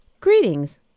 Greetings